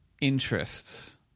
interests